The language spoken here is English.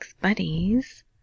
Buddies